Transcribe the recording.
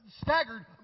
staggered